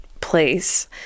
place